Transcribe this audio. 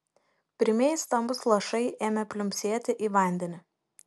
pirmieji stambūs lašai ėmė pliumpsėti į vandenį